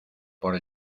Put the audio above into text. por